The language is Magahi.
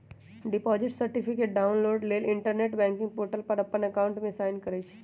डिपॉजिट सर्टिफिकेट डाउनलोड लेल इंटरनेट बैंकिंग पोर्टल पर अप्पन अकाउंट में साइन करइ छइ